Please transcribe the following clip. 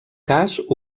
cas